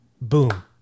Boom